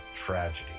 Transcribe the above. tragedy